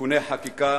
(תיקוני חקיקה),